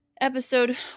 episode